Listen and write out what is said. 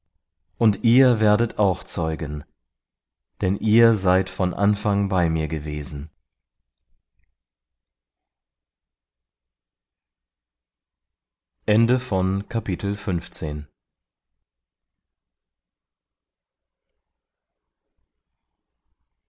und ihr werdet auch zeugen denn ihr seid von anfang bei mir gewesen